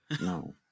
No